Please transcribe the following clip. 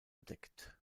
bedeckt